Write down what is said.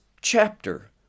chapter